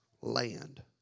land